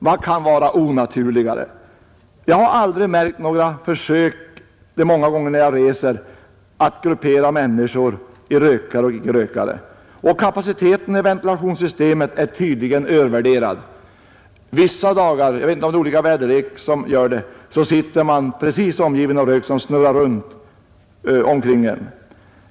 Vad kan vara onaturligare? Jag har de många gånger som jag rest aldrig märkt några försök att gruppera människor i rökare och icke-rökare. Ventilationssystemets kapacitet är dessutom tydligen övervärderad. Vissa dagar — jag vet inte om det beror på olika väderlek — sitter man precis som omgiven av rök som snurrar runt omkring en.